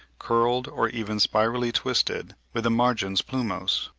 curled, or even spirally twisted, with the margins plumose.